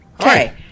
Okay